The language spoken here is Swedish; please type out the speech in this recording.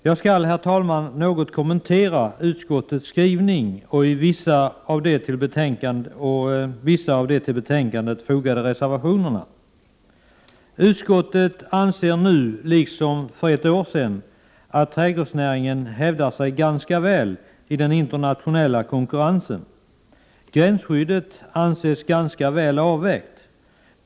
Jag skall, herr talman, något kommentera utskottets skrivning och vissa av de till betänkandet fogade reservationerna. Utskottet anser nu liksom för ett år sedan att trädgårdsnäringen hävdar sig ganska väli den internationella konkurrensen. Gränsskyddet anses ganska väl avvägt.